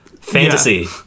Fantasy